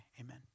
amen